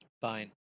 Fine